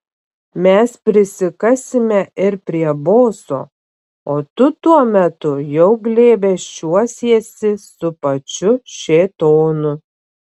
mes prisikasime ir prie boso o tu tuo metu jau glėbesčiuosiesi su pačiu šėtonu